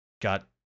got